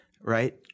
right